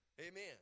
Amen